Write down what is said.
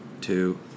two